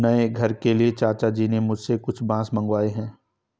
नए घर के लिए चाचा जी ने मुझसे कुछ बांस मंगाए हैं